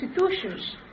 institutions